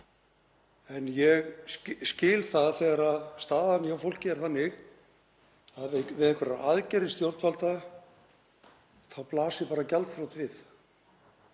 en ég skil það þegar staðan hjá fólki er þannig að við einhverjar aðgerðir stjórnvalda þá blasir bara gjaldþrot við.